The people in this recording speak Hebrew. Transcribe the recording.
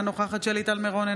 אינה נוכחת שלי טל מירון,